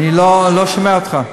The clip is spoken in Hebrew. אני לא שומע אותך.